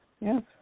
Yes